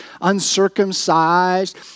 uncircumcised